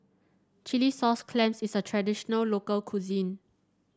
Chilli Sauce Clams is a traditional local cuisine